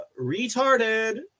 retarded